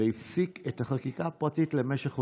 והפסיק את החקיקה הפרטית למשך חודשיים.